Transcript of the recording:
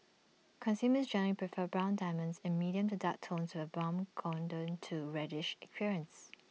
consumers generally prefer brown diamonds in medium to dark tones with A brown golden to reddish appearance